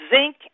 zinc